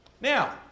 Now